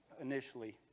initially